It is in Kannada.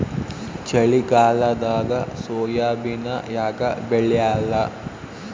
ಚಳಿಗಾಲದಾಗ ಸೋಯಾಬಿನ ಯಾಕ ಬೆಳ್ಯಾಲ?